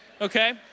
Okay